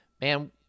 man